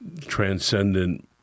transcendent